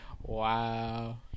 wow